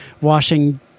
washing